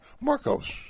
Marcos